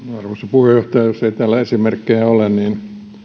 puheenjohtaja jos ei täällä esimerkkejä ole niin kyllä